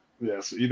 Yes